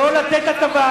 לא לתת הטבה,